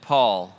Paul